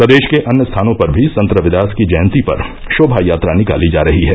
प्रदेश के अन्य स्थानों पर भी संत रविदास की जयंती पर शोमायात्रा निकाली जा रही है